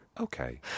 Okay